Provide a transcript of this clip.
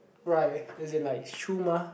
right as in like is true mah